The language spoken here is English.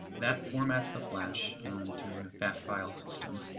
that formats the flash to the fat filesystem.